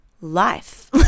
life